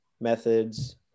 methods